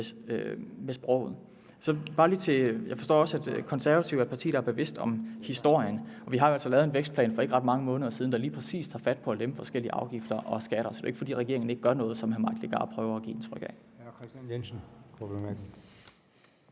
sproget. Jeg forstår også, at Konservative er et parti, der er bevidst om historien, og vi har jo altså lavet en vækstplan for ikke ret mange måneder siden, der lige præcis tager fat på at lempe forskellige afgifter og skatter, så det er jo ikke, fordi regeringen ikke gør noget, som hr. Mike Legarth prøver at give indtryk af. Kl. 11:27 Formanden: